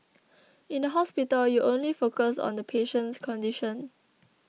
in the hospital you only focus on the patient's condition